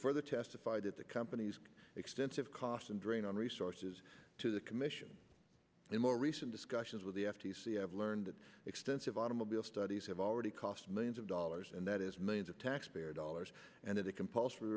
further testified that the company's extensive cost and drain on resources to the commission in more recent discussions with the f t c have learned that extensive automobile studies have already cost millions of dollars and that is millions of taxpayer dollars and as a compulsory